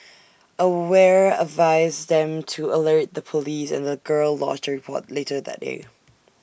aware advised them to alert the Police and the girl lodged A report later that day